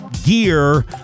gear